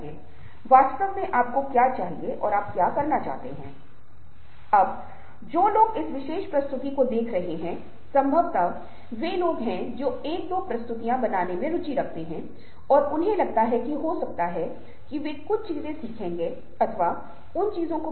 और जिस तरह से वे हमारे दृष्टिकोण के बारे में हमारे व्यक्तित्व के बारे में हमारे बारे में संवाद करते हैं और जिस तरह से संगीत का उपयोग भावनाओं को उकसाने के लिए किया जा सकता है भावनाओं और दूसरों को हेरफेर करने के लिए भावनाओं को व्यक्त किया जा सकता है ये कुछ चीजें हैं जो सॉफ्ट स्किल्स के संदर्भ में बहुत प्रासंगिक होंगे